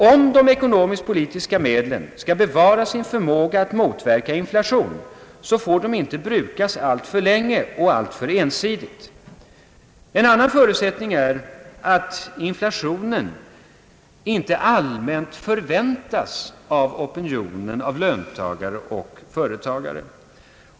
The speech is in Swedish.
Om de ekonomisk-politiska medlen skall bevara sin förmåga att motverka inflation, så får de inte brukas alltför länge och alltför ensidigt. En annan förutsättning är att inflationen inte allmänt får förväntas av opinionen, av löntagare och företagare.